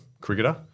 cricketer